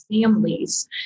families